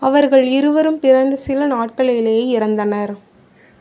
அவர்கள் இருவரும் பிறந்த சில நாட்களிலேயே இறந்தனர்